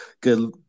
good